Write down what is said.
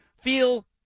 feel